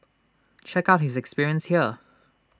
check out his experience here